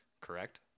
correct